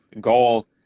goal